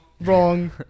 Wrong